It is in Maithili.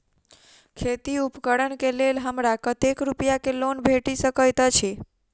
खेती उपकरण केँ लेल हमरा कतेक रूपया केँ लोन भेटि सकैत अछि?